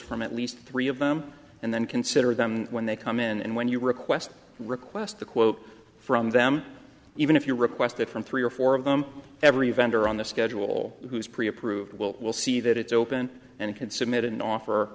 from at least three of them and then consider them when they come in and when you request request a quote from them even if you request it from three or four of them every vendor on the schedule who's pre approved will see that it's open and can submit an offer